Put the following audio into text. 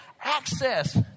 access